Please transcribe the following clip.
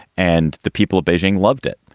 and the people of beijing loved it.